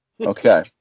okay